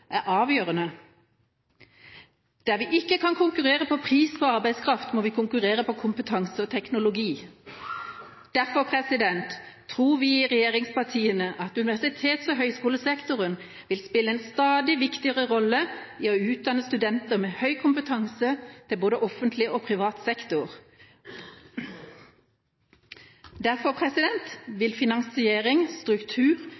er avgjørende. Der vi ikke kan konkurrere på pris på arbeidskraft, må vi konkurrere på kompetanse og teknologi. Derfor tror vi i regjeringspartiene at universitets- og høyskolesektoren vil spille en stadig viktigere rolle i å utdanne studenter med høy kompetanse til både offentlig og privat sektor. Derfor